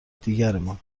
دیگرمان